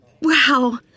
Wow